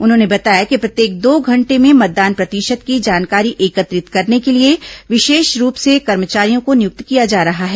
उन्होंने बताया कि प्रत्येक दो घंटे में मतदान प्रतिशत की जानकारी एकत्रित करने के लिए विशेष रूप से कर्मचारियों को नियुक्त किया जा रहा है